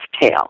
tail